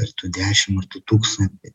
ar tu dešim ar tu tūkstantį